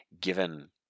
given